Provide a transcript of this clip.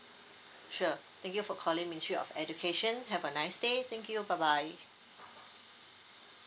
sure thank you for calling ministry of education have a nice day thank you bye bye